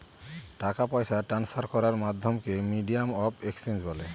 টাকা পয়সা ট্রান্সফার করার মাধ্যমকে মিডিয়াম অফ এক্সচেঞ্জ বলে